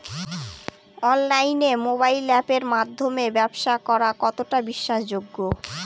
অনলাইনে মোবাইল আপের মাধ্যমে ব্যাবসা করা কতটা বিশ্বাসযোগ্য?